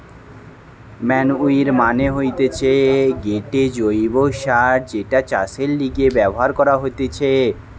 manure মানে হতিছে গটে জৈব্য সার যেটা চাষের লিগে ব্যবহার করা হতিছে